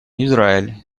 израиль